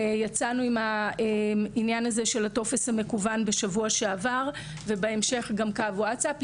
יצאנו עם העניין של הטופס המקוון בשבוע שעבר ובהמשך יהיה גם קו ווטסאפ.